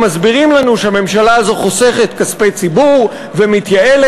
ואחר כך גם מסבירים לנו שהממשלה הזאת חוסכת כספי ציבור ומתייעלת,